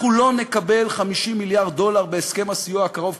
אנחנו לא נקבל 50 מיליארד דולר בהסכם הסיוע הקרוב,